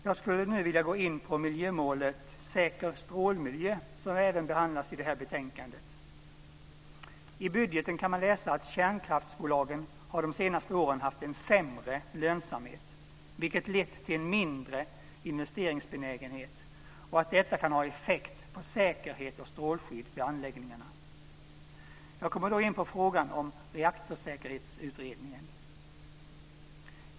Jag skulle nu vilja gå in på miljömålet Säker strålmiljö, som även behandlas i betänkandet. I budgeten kan man läsa att kärnkraftsbolagen de senaste åren haft en sämre lönsamhet vilket lett till mindre investeringsbenägenhet och att detta kan ha effekt på säkerhet och strålskydd vid anläggningarna. Jag kommer då in på frågan om reaktorsäkerhetsutredningen.